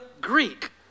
Greek